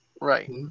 Right